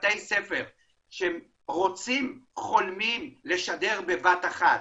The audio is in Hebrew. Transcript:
בתי ספר שרוצים וחולמים לשדר בבת אחת